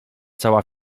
cała